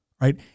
right